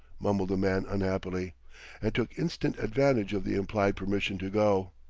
mumbled the man unhappily and took instant advantage of the implied permission to go.